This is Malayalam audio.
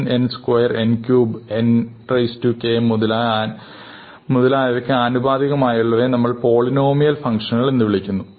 n n square n cube nk മുതലായവക് ആനുപാതികമായുള്ളവയെ നമ്മൾ പോളിനോമിയൽ ഫങ്ക്ഷനുകൾ എന്ന് വിളിക്കുന്നു